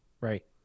Right